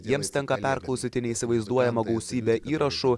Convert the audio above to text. jiems tenka perklausyti neįsivaizduojamą gausybę įrašų